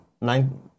nine